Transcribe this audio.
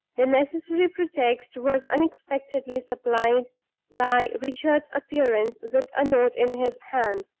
the necessary pretext was unexpectedly supplied by richard's appearance with a note in his hand.